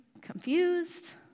confused